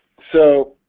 so